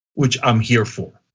which i'm here for.